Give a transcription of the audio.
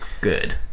good